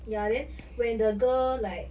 ya then when the girl like